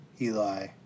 Eli